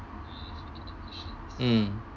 mm